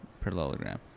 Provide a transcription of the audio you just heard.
parallelogram